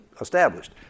established